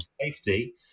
safety